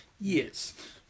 yes